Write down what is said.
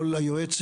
הקודם,